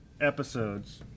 episodes